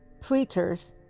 preachers